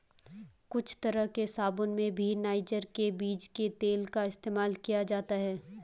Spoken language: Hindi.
कुछ तरह के साबून में भी नाइजर के बीज के तेल का इस्तेमाल किया जाता है